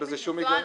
אין בזה שום היגיון.